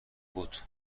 بود